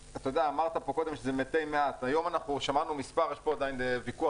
אמרת פה קודם שזה מתי מעט יש פה עדין ויכוח